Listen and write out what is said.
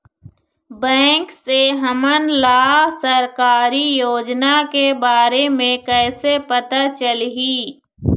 Bank से हमन ला सरकारी योजना के बारे मे कैसे पता चलही?